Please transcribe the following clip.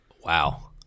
Wow